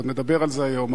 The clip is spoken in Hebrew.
ועוד נדבר על זה היום.